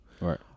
Right